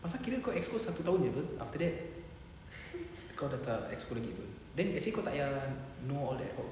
pasal kira kau exco satu tahun after that kau dah tak exco lagi then actually kau tak payah know all ad hoc